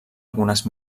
algunes